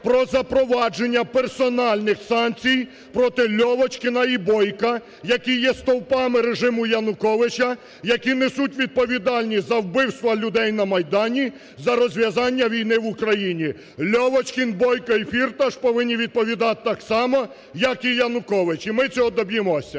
про запровадження персональних санкцій проти Льовочкіна і Бойка, які є стовпами режиму Януковича, які несуть відповідальність за вбивства людей на Майдані, за розв'язання війни в Україні. Льовочкін, Бойко і Фірташ повинні відповідати так само, як і Янукович. І ми цього доб'ємося.